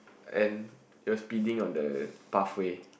and you're speeding on the pathway